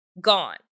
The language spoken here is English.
gone